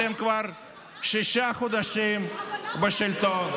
אתם כבר שישה חודשים בשלטון.